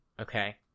okay